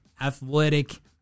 athletic